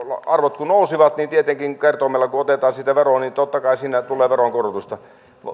arvot nousivat niin tietenkin kun kertoimella otetaan siitä veroa siinä tulee veronkorotusta